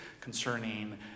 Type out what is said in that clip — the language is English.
concerning